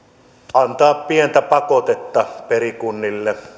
antaa pientä pakotetta perikunnille